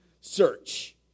search